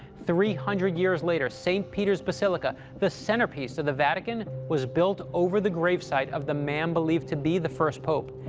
three hundred years later, st. peter's basilica, the centerpiece of the vatican, was built over the grave site of the man believed to be the first pope.